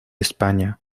españa